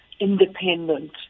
Independent